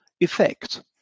effect